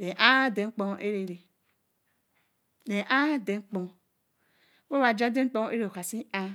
reaar ade kpoo eraa ntewa aja adenkpoo oka jasi aā